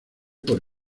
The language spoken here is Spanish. por